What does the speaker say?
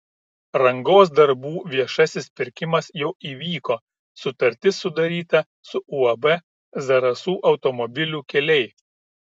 rangos darbų viešasis pirkimas jau įvyko sutartis sudaryta su uab zarasų automobilių keliai